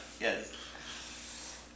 Yes